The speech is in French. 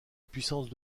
puissance